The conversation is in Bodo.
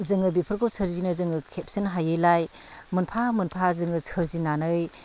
जोङो बेफोरखौ सोरजिनो जोङो खेबसेनो हायैलाय मोनफा मोनफा जोङो सोरजिनानै